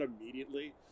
immediately